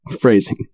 Phrasing